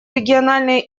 региональные